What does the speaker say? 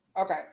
Okay